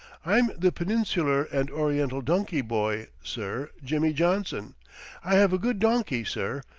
i'm the peninsular and oriental donkey boy, sir, jimmy johnson i have a good donkey, sir,